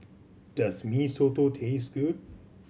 does Mee Soto taste good